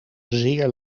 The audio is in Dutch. zeer